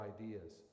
ideas